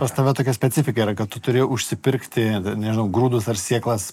pas tave tokia specifika yra kad tu turi užsipirkti nežinau grūdus ar sėklas